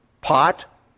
pot